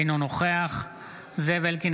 אינו נוכח זאב אלקין,